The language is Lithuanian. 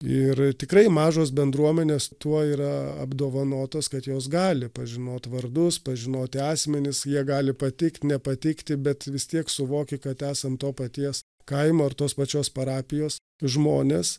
ir tikrai mažos bendruomenės tuo yra apdovanotos kad jos gali pažinot vardus pažinoti asmenis jie gali pateikti nepateikti bet vis tiek suvoki kad esant to paties kaimo ar tos pačios parapijos žmonės